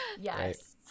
Yes